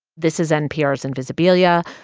this is npr's invisibilia.